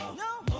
know